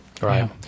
right